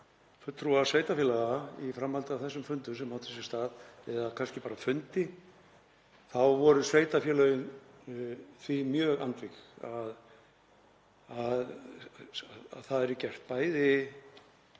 fulltrúa sveitarfélaga í framhaldi af þessum fundum sem áttu sér stað, eða kannski bara fundi, þá voru sveitarfélögin því mjög andvíg að það yrði gert. Bæði